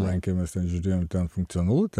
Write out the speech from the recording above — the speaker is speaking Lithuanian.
lankemės ten žiūrėjom ten funkcionalu